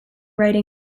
writing